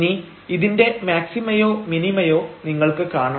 ഇനി ഇതിന്റെ മാക്സിമയോ മിനിമയോ നിങ്ങൾക്ക് കാണണം